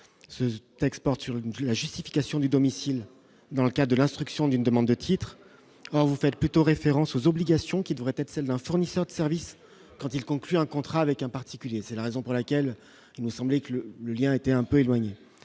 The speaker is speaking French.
ce texte porte sur une la justification du domicile dans le cas de l'instruction d'une demande de titre, vous faites plutôt référence aux obligations qui devrait être celle d'un fournisseur de services, il conclut un contrat avec un particulier, c'est la raison pour laquelle il nous semblait que le le lien a été un peu éloigné,